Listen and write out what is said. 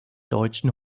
deutschen